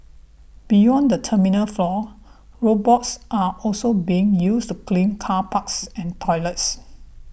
beyond the terminal floors robots are also being used to clean car parks and toilets